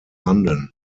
london